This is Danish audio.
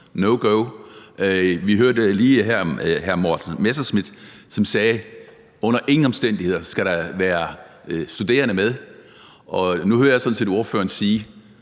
no-go. Vi hørte lige hr. Morten Messerschmidt, som sagde, at der under ingen omstændigheder skulle være studerende med, og nu hører jeg sådan set ordføreren sige